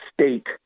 state